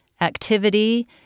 Activity